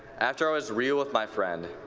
after i was real with my friend,